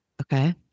Okay